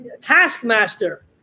taskmaster